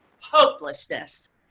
hopelessness